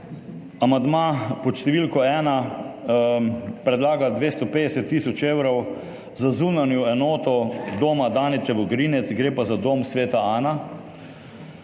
Amandma pod številko 1 predlaga 250 tisoč evrov za zunanjo enoto Doma Danice Vogrinec, gre pa za dom Sveta Ana.